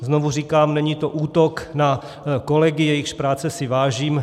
Znovu říkám, není to útok na kolegy, jejichž práce si vážím.